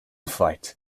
fight